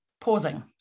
Pausing